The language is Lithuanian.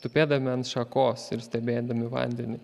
tupėdami ant šakos ir stebėdami vandenį